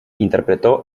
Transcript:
interpretó